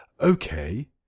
okay